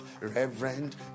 reverend